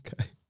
Okay